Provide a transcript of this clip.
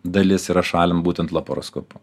dalis yra šalint būtent laparoskopu